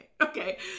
Okay